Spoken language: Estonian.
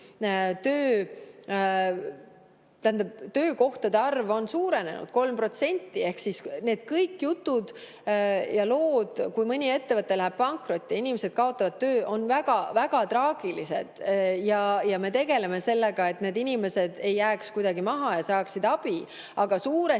töökohtade arv suurenenud 3%. Ehk siis kõik need jutud ja lood sellest, kui mõni ettevõte läheb pankrotti ja inimesed kaotavad töö, on väga-väga traagilised ja me tegeleme sellega, et need inimesed ei jääks kuidagi maha ja saaksid abi. Aga suures